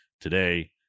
today